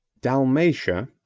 dalmatia,